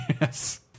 Yes